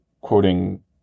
quoting